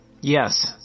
Yes